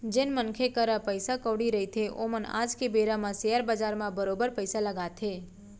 जेन मनखे करा पइसा कउड़ी रहिथे ओमन आज के बेरा म सेयर बजार म बरोबर पइसा लगाथे